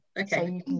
okay